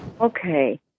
Okay